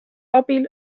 abil